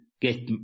get –